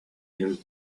him